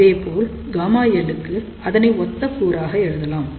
அதேபோல் ΓLக்கு அதனை ஒத்த கூறாக எழுதலாம்